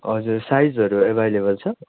हजुर साइजहरू एभाइलेबल छ